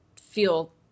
feel